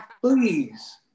please